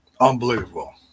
unbelievable